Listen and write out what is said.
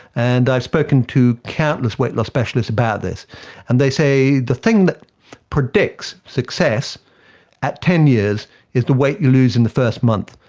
and i've spoken to countless weight loss specialists about this and they say the thing that predicts success at ten years is the weight you in the first month,